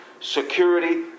security